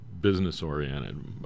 business-oriented